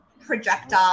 projector